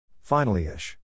Finally-ish